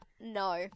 no